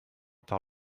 par